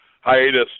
hiatus